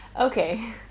okay